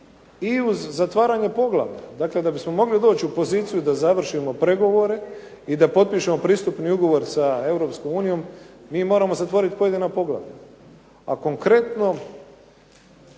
i uz zatvaranje poglavlja. Dakle, da bismo mogli doći u poziciju da završimo pregovore i da potpišemo pristupni ugovor sa Europskom unijom mi moramo zatvoriti pojedina poglavlja. A konkretno